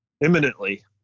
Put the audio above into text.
imminently